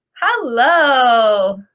Hello